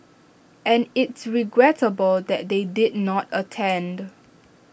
and it's regrettable that they did not attend